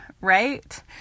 right